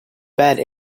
bad